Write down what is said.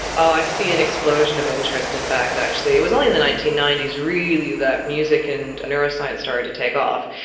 i see an explosion of interest in fact actually. it was only in the nineteen ninety s really that music and neuroscience started to take off.